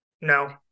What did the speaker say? No